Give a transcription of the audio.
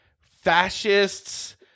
fascists